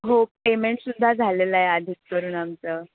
हो पेमेंटसुद्धा झालेलं आहे आधीच करून आमचं